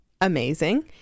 amazing